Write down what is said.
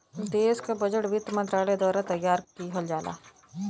देश क बजट वित्त मंत्रालय द्वारा तैयार किहल जाला